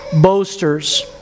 Boasters